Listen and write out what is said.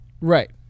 Right